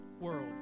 world